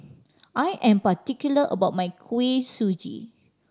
I am particular about my Kuih Suji